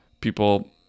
people